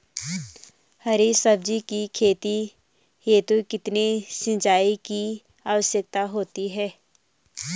हरी सब्जी की खेती हेतु कितने सिंचाई की आवश्यकता होती है?